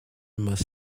must